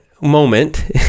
moment